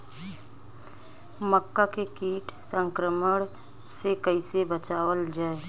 मक्का के कीट संक्रमण से कइसे बचावल जा?